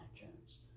Jones